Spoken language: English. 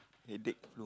headache